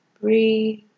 breathe